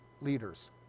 leaders